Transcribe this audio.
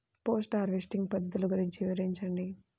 Post harvesting పద్ధతులు గురించి వివరించండి?